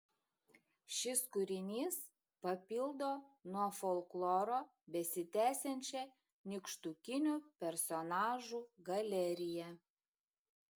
šis kūrinys papildo nuo folkloro besitęsiančią nykštukinių personažų galeriją